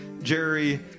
Jerry